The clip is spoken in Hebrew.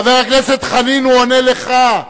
חבר הכנסת חנין, הוא עונה לך.